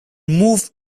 move